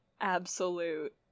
absolute